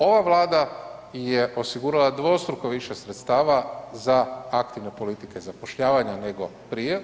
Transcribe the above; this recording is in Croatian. Ova Vlada je osigurala dvostruko više sredstava za aktivne politike zapošljavanja nego prije.